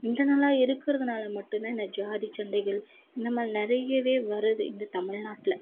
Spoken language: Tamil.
இன்டர்னல்லாக இருக்கிறதுனால மட்டும் தான் இந்த ஜாதி சண்டைகள் இந்த மாதிரி நிறையவே வருது இந்த தமிழ்நாட்டுல